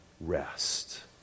rest